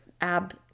ab